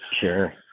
Sure